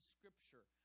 Scripture